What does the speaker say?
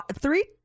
three